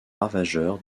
ravageur